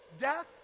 Death